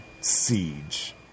Siege